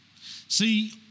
See